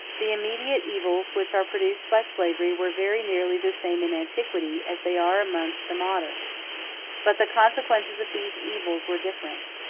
the immediate evils which are produced by slavery were very nearly the same in antiquity as they are amongst the moderns but the consequences of these evils were different.